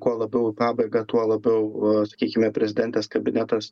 kuo labiau į pabaigą tuo labiau sakykime prezidentės kabinetas